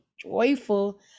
joyful